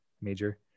major